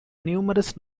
numerous